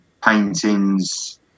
Paintings